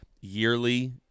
Yearly